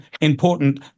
important